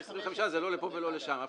25כי זה לא לפה ולא לשם.